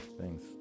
Thanks